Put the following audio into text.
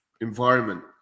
environment